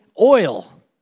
oil